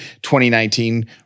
2019